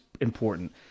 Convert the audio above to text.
important